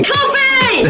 Coffee